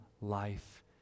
life